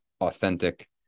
authentic